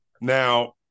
now